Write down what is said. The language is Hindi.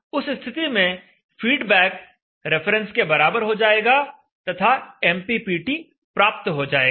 उस स्थिति में फीडबैक रिफरेंस के बराबर हो जाएगा तथा एमपीपीटी प्राप्त हो जाएगा